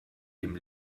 dem